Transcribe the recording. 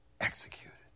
executed